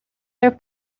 their